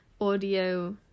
audio